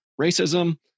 racism